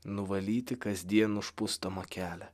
nuvalyti kasdien užpustomą kelią